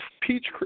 peach